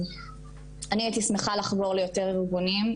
אני הייתי שמחה לחבור ליותר ארגונים,